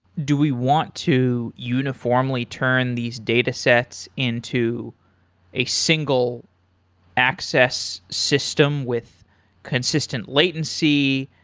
do we want to uniformly turn these datasets into a single access system with consistent latency,